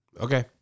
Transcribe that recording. Okay